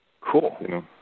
cool